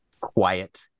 quiet